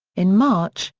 in march,